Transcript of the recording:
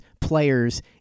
players